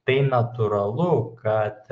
tai natūralu kad